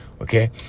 okay